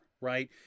right